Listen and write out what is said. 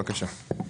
בבקשה.